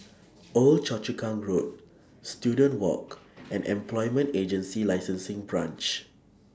Old Choa Chu Kang Road Student Walk and Employment Agency Licensing Branch